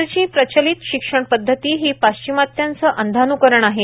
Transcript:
आजची प्रचलित शिक्षण पदधती ही पाश्चीमात्यांचे अंधानुकरण आहे